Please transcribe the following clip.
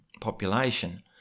population